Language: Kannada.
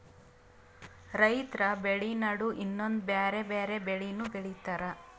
ರೈತರ್ ಬೆಳಿ ನಡು ಇನ್ನೊಂದ್ ಬ್ಯಾರೆ ಬ್ಯಾರೆ ಬೆಳಿನೂ ಬೆಳಿತಾರ್